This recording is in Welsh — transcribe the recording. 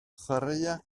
chwaraea